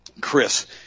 Chris